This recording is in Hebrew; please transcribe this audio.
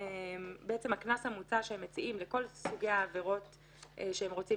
הקנס שהם מציעים לכל סוגי העבירות שהם רוצים